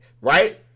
right